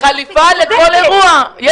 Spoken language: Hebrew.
חליפה לכל אירוע.